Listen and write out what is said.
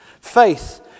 Faith